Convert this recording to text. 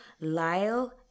Lyle